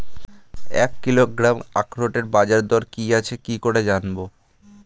এক কিলোগ্রাম আখরোটের বাজারদর কি আছে কি করে জানবো?